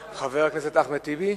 הרב נריה התנגד ללימודי חול.